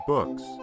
Books